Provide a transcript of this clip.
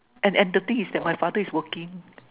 and and the thing is that my father is working